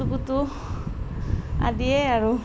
কুটু কুটু আদিয়ে আৰু